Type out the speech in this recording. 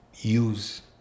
use